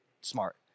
smart